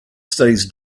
studies